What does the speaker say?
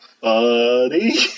buddy